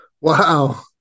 Wow